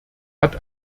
hat